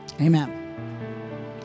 Amen